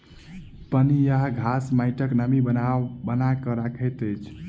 पनियाह घास माइटक नमी बना के रखैत अछि